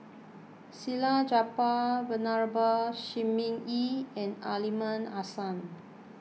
Salleh Japar Venerable Shi Ming Yi and Aliman Hassan